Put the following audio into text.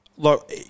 Look